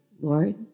Lord